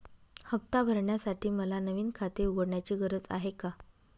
हफ्ता भरण्यासाठी मला नवीन खाते उघडण्याची गरज आहे का?